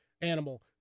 animal